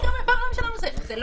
מה